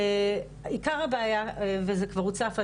עיקר הבעיה וזה כבר הוצף,